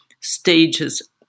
stages